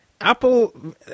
Apple